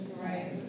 Right